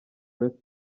grace